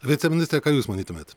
viceministre ką jūs manytumėt